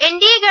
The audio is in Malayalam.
എൻ ഡി എ ഗവ